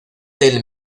del